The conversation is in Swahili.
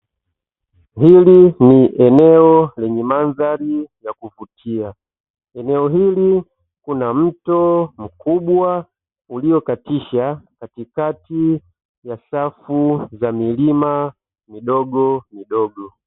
Hili ni eneo lenye mandhari ya kuvutia, eneo hili kuna mto mkubwa uliokatisha katikati ya safu ya milima midogomidogo.